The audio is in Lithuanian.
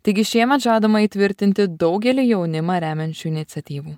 taigi šiemet žadama įtvirtinti daugelį jaunimą remiančių iniciatyvų